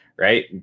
right